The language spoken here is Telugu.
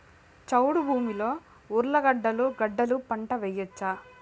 చౌడు భూమిలో ఉర్లగడ్డలు గడ్డలు పంట వేయచ్చా?